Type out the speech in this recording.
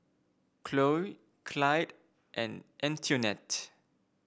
Cloe Clide and Antionette